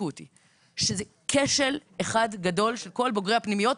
שזה כשל אחד גדול של כל בוגרי הפנימיות.